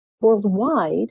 worldwide